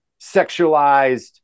sexualized